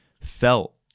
Felt